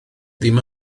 ddim